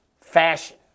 fashion